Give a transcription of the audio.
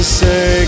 say